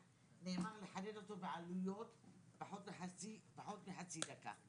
לחדד אותו בעלויות בפחות מחצי דקה.